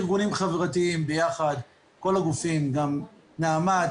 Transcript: כארגונים חברתיים ביחד עם כל הגופים: נעמ"ת,